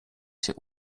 się